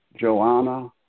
Joanna